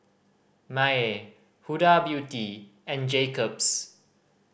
Mayer Huda Beauty and Jacob's